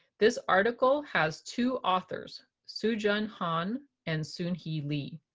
this article has two authors, suejung han and soonhee lee.